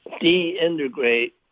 de-integrate